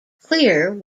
clear